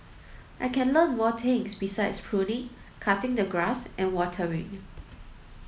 I can learn more things besides pruning cutting the grass and watering